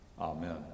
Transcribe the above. Amen